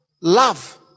love